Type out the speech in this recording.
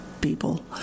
people